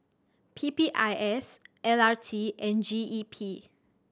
P P I S L R T and G E P